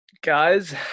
Guys